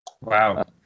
Wow